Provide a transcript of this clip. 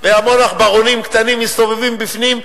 והמון עכברונים קטנים מסתובבים בפנים,